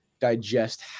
digest